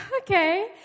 okay